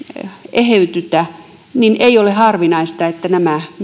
eheydytä ei ole harvinaista että nämä